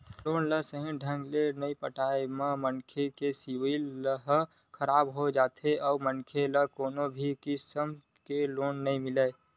loan ल सहीं ढंग ले नइ पटाए म मनखे के सिविल ह खराब हो जाथे अउ मनखे ल कोनो भी किसम के लोन नइ मिलय